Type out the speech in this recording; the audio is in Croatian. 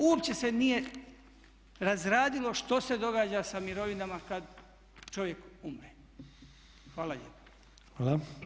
Uopće se nije razradilo što se događa sa mirovinama kad čovjek umre.